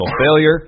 failure